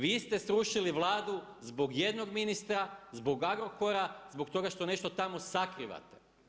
Vi ste srušili Vladu zbog jednog ministra, zbog Agrokora, zbog toga što nešto tamo sakrivate.